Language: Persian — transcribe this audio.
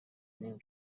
نیم